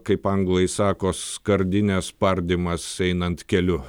kaip anglai sako skardinės spardymas einant keliu